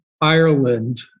Ireland